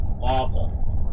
awful